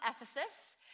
Ephesus